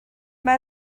mae